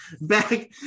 back